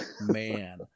Man